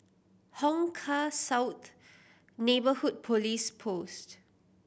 Hong Kah South Neighbourhood Police Post